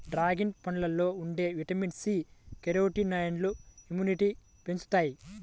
dragon పండులో ఉండే vitamin C, కెరోటినాయిడ్లు ఇమ్యునిటీని పెంచుతాయి